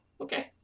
okay